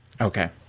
Okay